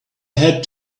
had